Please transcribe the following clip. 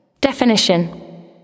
Definition